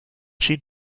she